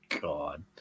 God